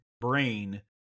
Brain